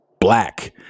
black